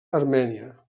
armènia